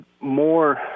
more